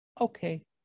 Okay